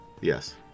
Yes